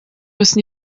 müssen